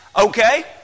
okay